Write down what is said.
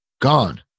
Gone